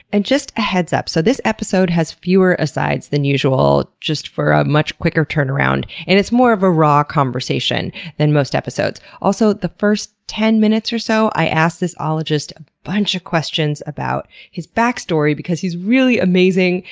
and just a heads up, so this episode has fewer asides than usual, just for a much quicker turnaround, and it's more of a raw conversation than most episodes. also, the first ten minutes or so i ask this ologist a bunch of questions about his backstory because he's really amazing,